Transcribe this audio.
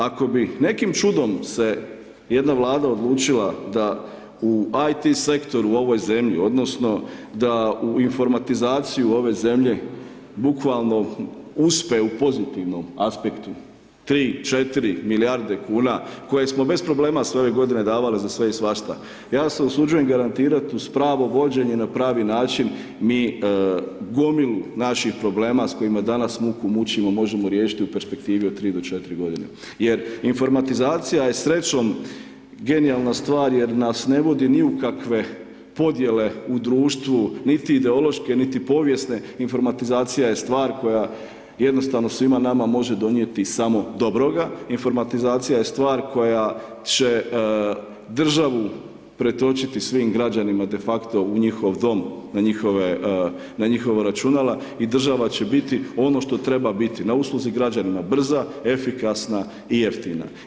Ako bi nekim čudom se jedna Vlada odlučila da u IT sektoru u ovoj zemlji odnosno da u informatizaciju ove zemlje bukvalno uspe u pozitivnom aspektu tri, četiri milijarde kuna koje smo bez problema sve ove godine davali za sve i svašta, ja se usuđujem garantirati uz pravo vođenje i na pravi način mi gomilu naših problema s kojima danas muku mučimo, možemo riješiti u perspektivi od 3 do 4 godine, jer informatizacija je srećom genijalna stvar jer nas ne vodi ni u kakve podjele u društvu, niti ideološke, niti povijesne, informatizacija je stvar koja jednostavno svima nama može donijeti samo dobroga, informatizacija je stvar koja će državu pretočiti svim građanima defakto u njihov dom, na njihova računala i država će biti ono što treba biti, na usluzi građanima, brza, efikasna i jeftina.